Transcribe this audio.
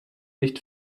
nicht